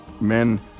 men